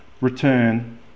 return